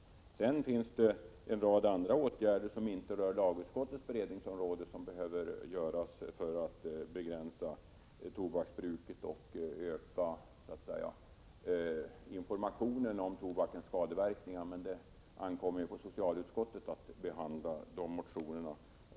Det finns en rad andra åtgärder som inte rör lagutskottets beredning och som bör genomföras för att begränsa tobaksbruket och öka informationen om tobakens skadeverkningar. Det ankommer på socialutskottet att behandla de motionerna.